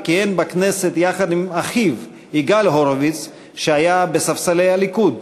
וכיהן בכנסת יחד עם אחיו יגאל הורביץ שהיה בספסלי הליכוד.